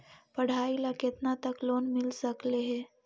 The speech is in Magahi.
पढाई ल केतना तक लोन मिल सकले हे?